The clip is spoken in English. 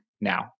now